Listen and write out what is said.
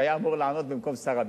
שאמור היה לענות במקום שר הביטחון.